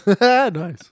Nice